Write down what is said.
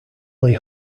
lee